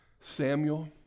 Samuel